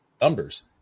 numbers